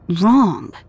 wrong